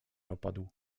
opadł